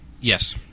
Yes